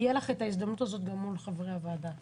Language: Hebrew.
תהיה לך ההזדמנות הזאת מול חברי הוועדה שיבואו.